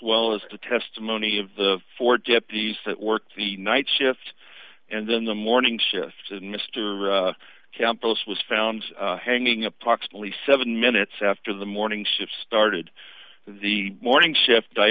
well as the testimony of the four gypsies that worked the night shift and then the morning shift as mr campos was found hanging approximately seven minutes after the morning shift started the morning shift